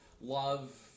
love